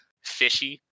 fishy